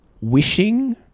wishing